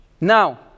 Now